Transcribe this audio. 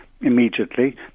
immediately